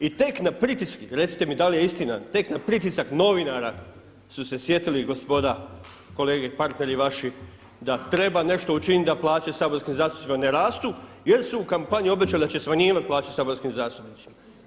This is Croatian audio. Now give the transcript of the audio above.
I tek na pritiske, recite mi da li je istina, tek na pritisak novinara su se sjetili gospoda kolege partneri vaši da treba nešto učiniti da plaće saborskim zastupnicima ne rastu jel su u kampanji obećali da će smanjivati plaće saborskim zastupnicima.